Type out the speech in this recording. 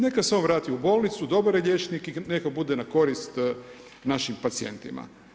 Neka se on vrati u bolnicu, dobar je liječnik i neka bude na korist našim pacijentima.